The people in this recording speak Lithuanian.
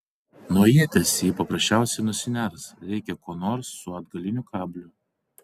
nuo ieties ji paprasčiausiai nusiners reikia ko nors su atgaliniu kabliu